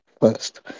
First